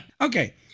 Okay